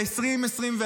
ב-2024,